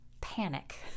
panic